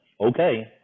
okay